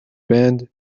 band